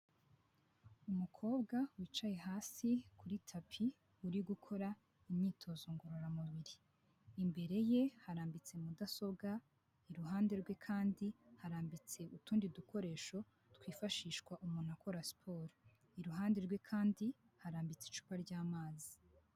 Umukobwa wicaye hasi kuri tapi uri gukora imyitozo ngororamubiri, imbere ye harambitse mudasobwa iruhande rwe kandi harambitse utundi dukoresho twifashishwa mu gukora siporo iruhande rwe kandi harambitse icupa ry'amazi.